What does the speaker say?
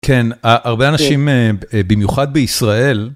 כן, הרבה אנשים, במיוחד בישראל,